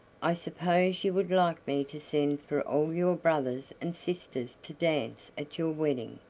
i suppose you would like me to send for all your brothers and sisters to dance at your wedding?